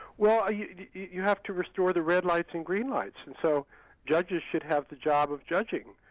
well you you have to restore the red lights and green lights, and so judges should have the job of judging.